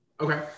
Okay